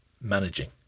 managing